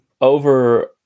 over